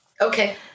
Okay